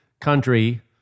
country